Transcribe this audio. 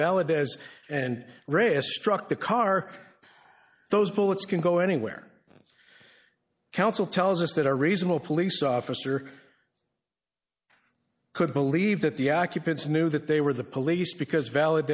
valid as and risk struck the car those bullets can go anywhere council tells us that a reasonable police officer could believe that the occupants knew that they were the police because valid